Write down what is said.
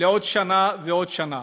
לעוד שנה ועוד שנה.